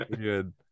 good